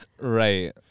right